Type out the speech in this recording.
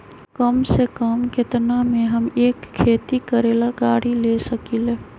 कम से कम केतना में हम एक खेती करेला गाड़ी ले सकींले?